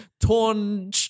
Torn